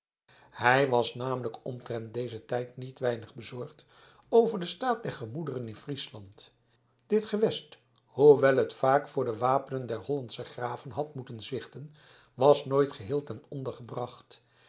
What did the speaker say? hij was namelijk omtrent dezen tijd niet weinig bezorgd over den staat der gemoederen in friesland dit gewest hoewel het vaak voor de wapenen der hollandsche graven had moeten zwichten was nooit geheel ten